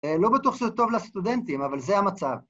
‫לא בטוח שזה טוב לסטודנטים, ‫אבל זה המצב.